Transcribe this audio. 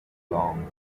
long